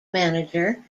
manager